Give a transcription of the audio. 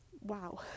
Wow